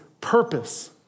purpose